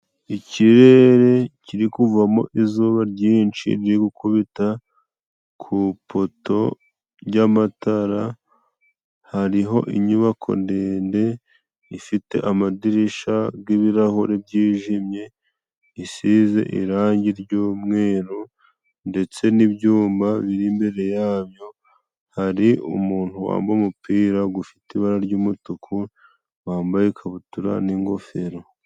Ikirere kiri kuvamo izuba ryinshi riri gukubita ku ipoto ry'amatara, hariho inyubako ndende ifite amadirisha g'ibirahure byijimye, isize irangi ry'umweru ndetse n'ibyuma biri imbere yabyo hari umuntu wambaye umupira gufite ibara ry'umutuku ,wambaye ikabutura n'ingofero.